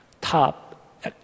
top